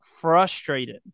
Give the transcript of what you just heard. frustrated